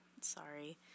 sorry